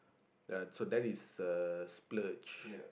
ya so that is uh splurge